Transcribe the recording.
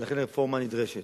ולכן הרפורמה נדרשת.